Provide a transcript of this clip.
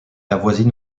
avoisine